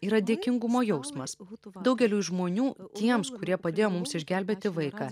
yra dėkingumo jausmas daugeliui žmonių tiems kurie padėjo mums išgelbėti vaiką